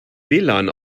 wlan